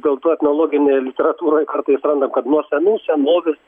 dėl to etnologinėje literatūroj kartais randam kad nuo senų senovės